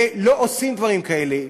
ולא עושים דברים כאלה.